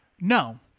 no